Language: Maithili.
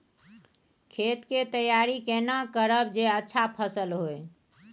खेत के तैयारी केना करब जे अच्छा फसल होय?